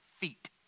feet